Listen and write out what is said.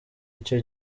icyo